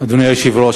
אדוני היושב-ראש,